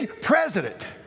president